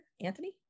Anthony